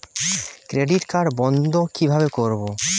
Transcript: Credit card বন্ধ কিভাবে করবো?